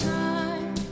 time